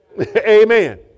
Amen